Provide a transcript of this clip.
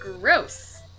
Gross